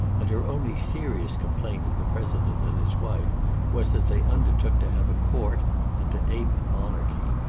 and her only serious complaint of the president and his wife was that they undertook to have a court and to ape monarchy.